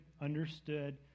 understood